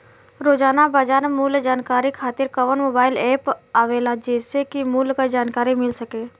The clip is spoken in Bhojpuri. रोजाना बाजार मूल्य जानकारी खातीर कवन मोबाइल ऐप आवेला जेसे के मूल्य क जानकारी मिल सके?